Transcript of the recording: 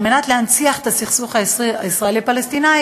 כדי להנציח את הסכסוך הישראלי פלסטיני,